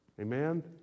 Amen